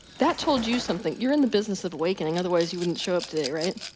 that told you something, you're in the business of awakening, otherwise you wouldn't show up today right?